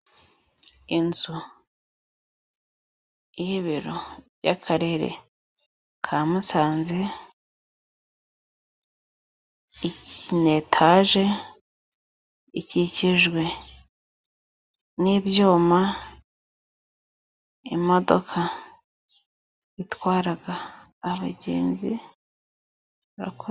Inzu y'ibiro by'akarere ka Musanze ni Etage, ikikijwe n'ibyuma, imodoka itwara abagenzi bakora.